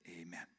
Amen